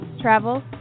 travel